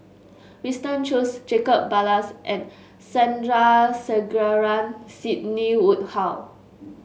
Winston Choos Jacob Ballas and Sandrasegaran Sidney Woodhull